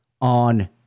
on